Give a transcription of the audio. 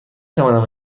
توانم